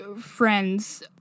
friends